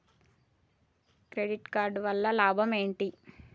Credit card వల్ల లాభం ఏంటి?